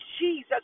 Jesus